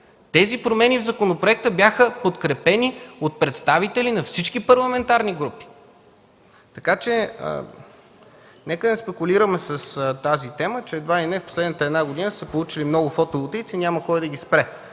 Тези промени в законопроекта бяха подкрепени от представители на всички парламентарни групи. Нека не спекулираме с тази тема, че едва ли не в последната една година се получили много фотоволтаици и няма кой да ги спре.